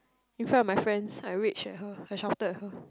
in front of my friends I rage at her I shouted at her